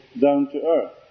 down-to-earth